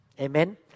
Amen